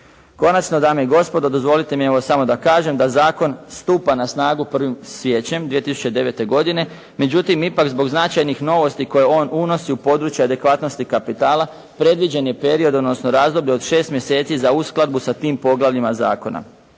Konačno, dame i gospode, dozvolite mi, evo samo da kažem da zakon stupa na snagu 1. siječnjem 2009. godine, međutim ipak zbog značajnih novosti koje on unosi u područje adekvatnosti kapitala, predviđen je period, odnosno razdoblje od 6 mjeseci za uskladbu sa tim poglavljima zakona.